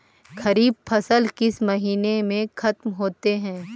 खरिफ फसल किस महीने में ख़त्म होते हैं?